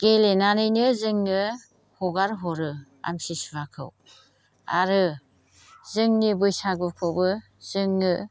गेलेनानैनो जोङो हगार हरो आमथिसुवाखौ आरो जोंनि बैसागुखौबो जोङो